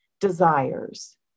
desires